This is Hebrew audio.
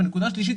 שלישית,